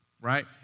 Right